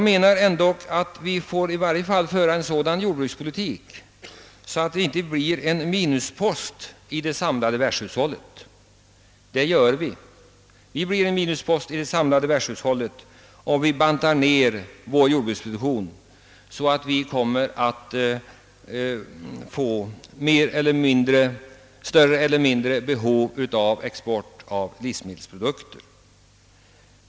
Men vi måste ändå föra en sådan jordbrukspolitik att vi inte blir en minuspost i det samlade världshushållet. Men det blir vi, om vi bantar ned vårt jordbruk så att ett importbehov av livsmedel uppstår.